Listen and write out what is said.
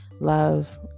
love